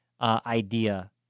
idea